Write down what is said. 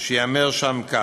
ושייאמר שם כך: